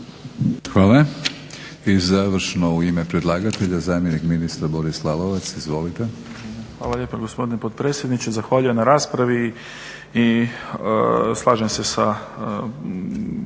Hvala. I završno u ime predlagatelja zamjenik ministra Boris Lalovac. Izvolite. **Lalovac, Boris** Hvala lijepa gospodine potpredsjedniče. Zahvaljujem na raspravi i slažem se sa